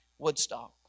Woodstock